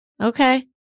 okay